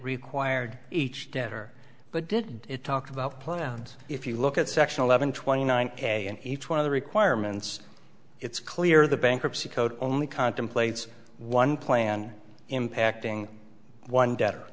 required each debtor but did it talk about plans if you look at sectional levon twenty nine and each one of the requirements it's clear the bankruptcy code only contemplates one plan impacting one debt or